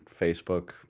Facebook